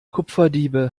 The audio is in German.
kupferdiebe